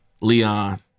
Leon